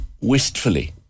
wistfully